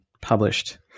published